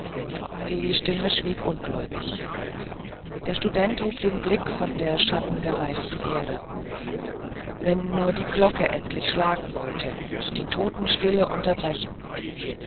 die stimme schwieg ungläubig der student hob den blick von der schattengereiften erde wenn nur die glocken endlich schlagen wollten und die totenstille unterbrechen